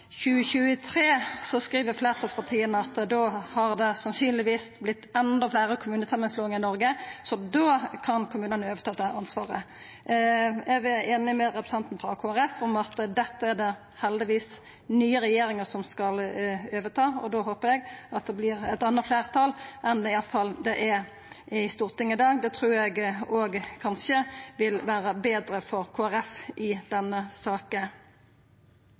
2023 – skriv fleirtalspartia – har det sannsynlegvis vorte enda fleire kommunesamanslåingar i Noreg, så da kan kommunane overta det ansvaret. Eg er einig med representanten frå Kristeleg Folkeparti i at dette er det heldigvis den nye regjeringa som skal overta, og da håper eg det vert eit anna fleirtal enn det er i Stortinget i dag. Det trur eg òg kanskje vil vera betre for Kristeleg Folkeparti i denne saka.